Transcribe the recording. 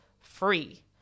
free